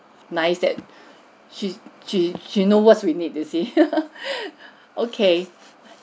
nice that she she's she know what we need you see okay